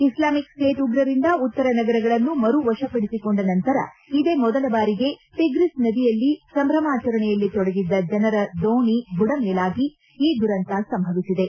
Islamic State ಉಗ್ರರಿಂದ ಉತ್ತರ ನಗರಗಳನ್ನು ಮರು ವಶಪಡಿಸಿಕೊಂಡ ನಂತರ ಇದೇ ಮೊದಲ ಬಾರಿಗೆ ಟಿಗ್ರಿಸ್ ನದಿಯಲ್ಲಿ ಸಂಭ್ರಮಾಚರಣೆಯಲ್ಲಿ ತೊಡಗಿದ್ದ ಜನರ ದೋಣಿ ಬುಡಮೇಲಾಗಿ ಈ ದುರಂತ ಸಂಭವಿಸಿದೆ